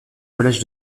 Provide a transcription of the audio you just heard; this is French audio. collège